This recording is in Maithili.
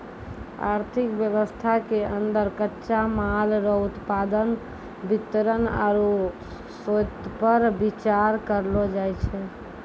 आर्थिक वेवस्था के अन्दर कच्चा माल रो उत्पादन वितरण आरु श्रोतपर बिचार करलो जाय छै